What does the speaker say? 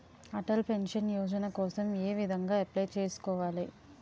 Atal pension Yojana కోసం ఏ విధంగా అప్లయ్ చేసుకోవాలి?